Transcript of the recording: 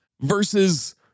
versus